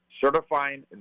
Certifying